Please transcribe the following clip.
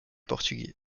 portugais